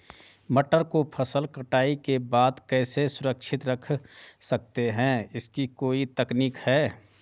मटर को फसल कटाई के बाद कैसे सुरक्षित रख सकते हैं इसकी कोई तकनीक है?